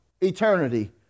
eternity